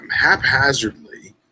haphazardly